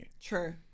True